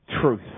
truth